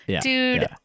dude